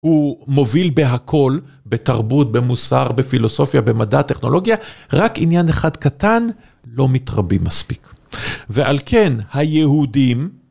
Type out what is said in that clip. הוא מוביל בהכול, בתרבות, במוסר, בפילוסופיה, במדע, טכנולוגיה, רק עניין אחד קטן, לא מתרבים מספיק. ועל כן, היהודים...